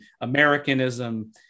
Americanism